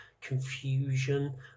confusion